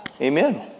Amen